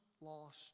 lost